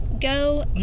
Go